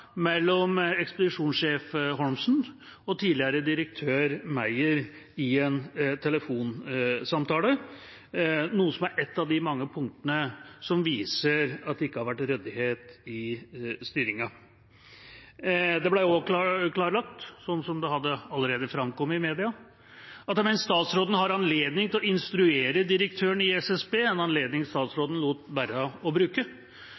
mellom ekspedisjonssjef Holmsen og tidligere direktør Meyer i en telefonsamtale, noe som er ett av de mange punktene som viser at det ikke har vært ryddighet i styringen. Det ble også klarlagt, som allerede hadde framkommet i media, at mens statsråden har anledning til å instruere direktøren i SSB, en anledning statsråden lot være å bruke,